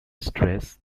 stress